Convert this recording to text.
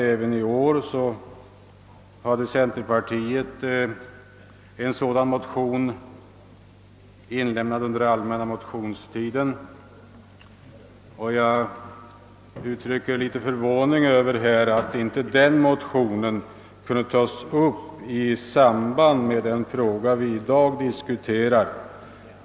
Även i år väckte centerpartiet under den allmänna motionstiden en sådan motion, och jag är förvånad över att den inte kunde tas upp i samband med den fråga som vi i dag diskuterar.